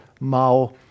Mao